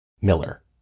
Miller